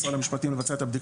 נעתרנו לבקשה.